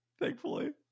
thankfully